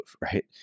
Right